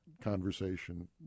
conversation